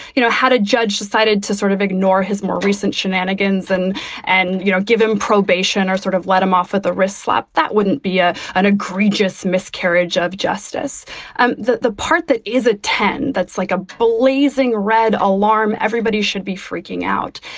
you know, how to judge decided to sort of ignore his more recent shenanigans and and, you know, give him probation or sort of let him off at the wrist slap. that wouldn't be a an egregious miscarriage of justice and that the part that is a ten. that's like a blazing red alarm. everybody should be freaking out.